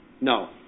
No